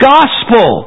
Gospel